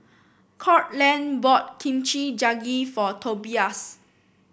Courtland bought Kimchi Jjigae for Tobias